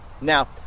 Now